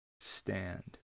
stand